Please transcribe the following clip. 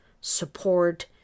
support